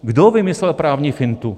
Kdo vymyslel právní fintu?